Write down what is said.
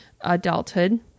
adulthood